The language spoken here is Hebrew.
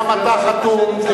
שבע שנים זרקו, לא שדרות.